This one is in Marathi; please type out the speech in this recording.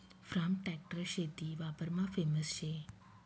फार्म ट्रॅक्टर शेती वापरमा फेमस शे